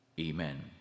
Amen